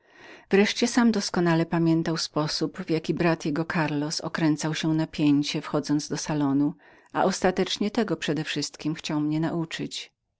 wreszcie sam doskonale pamiętał sposób z jakim brat jego karlos wchodził do salonu a ostatecznie tego przedewszystkiem chciał mnie nauczyć